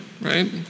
Right